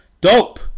Dope